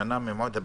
שנה ממועד הפרסום.